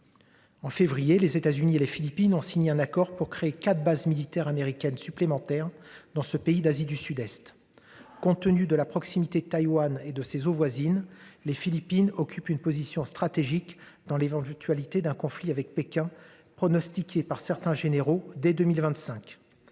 En février, les États-Unis et les Philippines ont signé un accord pour créer 4 bases militaires américaines supplémentaires dans ce pays d'Asie du Sud-Est. Compte tenu de la proximité de Taïwan et de ses eaux voisines. Les Philippines occupe une position stratégique dans les vents actualité d'un conflit avec Pékin pronostiqué par certains généraux dès 2025.